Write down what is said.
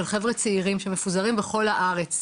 של חבר'ה צעירים שמפוזרים בכל הארץ,